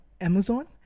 Amazon